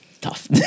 tough